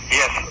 yes